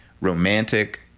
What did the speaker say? romantic